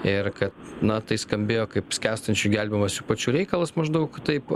ir kad na tai skambėjo kaip skęstančiųjų gelbėjimas jų pačių reikalas maždaug taip